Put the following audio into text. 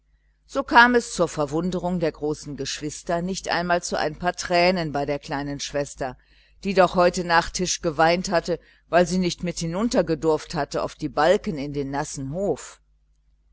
so kam es zur verwunderung der großen geschwister nicht einmal zu ein paar tränen bei der kleinen schwester die doch heute nach tisch geweint hatte weil sie nicht mit hinunter gedurft hatte auf die balken in dem nassen hof